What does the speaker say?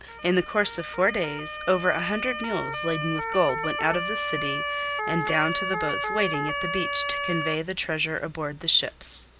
in the course of four days over a hundred mules laden with gold went out of the city and down to the boats waiting at the beach to convey the treasure aboard the ships.